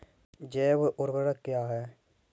जैव ऊर्वक क्या है?